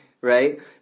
right